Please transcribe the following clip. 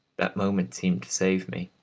that moment seemed to save me.